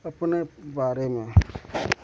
अपने बारे में